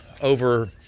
over